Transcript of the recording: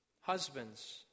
husbands